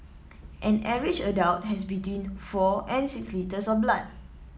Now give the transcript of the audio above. an average adult has between four and six litres of blood